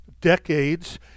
decades